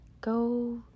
go